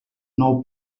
nou